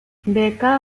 becca